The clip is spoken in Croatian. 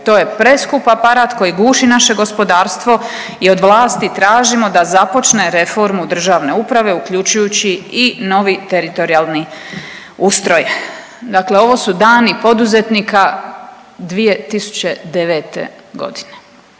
to je preskup aparat koji guši naše gospodarstvo i od vlasti tražimo da započne reformu državne uprave uključujući i novi teritorijalni ustroj. Dakle, ovo su „Dani poduzetnika 2009.g“